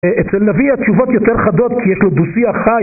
אצל נביא התשובות יותר חדות כי יש לו דו שיח חי